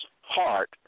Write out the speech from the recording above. Heart